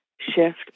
shift